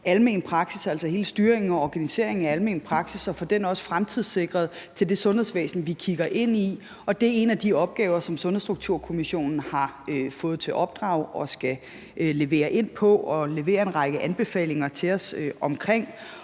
almen praksis og hele styringen og organiseringen af almen praksis og også få den fremtidssikret til det sundhedsvæsen, vi kigger ind i, og det er en af de opgaver, som Sundhedsstrukturkommissionen har fået til opdrag at skulle levere på i forhold til at levere en række anbefalinger til os.